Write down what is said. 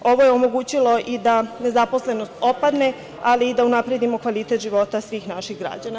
Ovo je omogućilo i da nezaposlenost opadne, ali i da unapredimo kvalitet života svih naših građana.